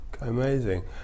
Amazing